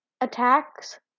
attacks